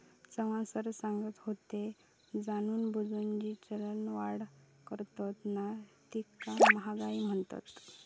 Chavan sir सांगत होते, जाणूनबुजून जी चलनवाढ करतत ना तीका महागाई म्हणतत